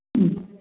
മ്മ്